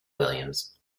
williams